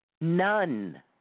None